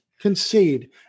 concede